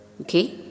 okay